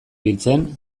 biltzen